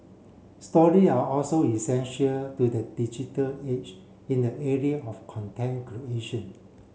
story are also essential to the digital age in the area of content creation